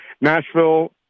Nashville